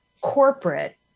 corporate